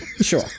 sure